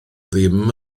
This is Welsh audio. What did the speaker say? ddim